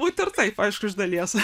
būti ir taip aišku iš dalies